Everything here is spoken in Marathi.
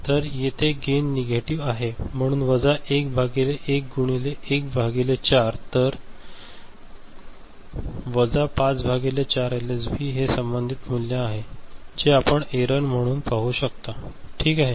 तर येथे गेन नेगेटिव्ह आहे म्हणून वजा 1 भागिले 1 गुणिले 1 भागीले 4 तर वजा 5 भागिले 4 एलएसबी हे संबंधित मूल्य आहे जे आपण एरर म्हणून पाहू शकता ठीक आहे